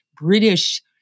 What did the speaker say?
British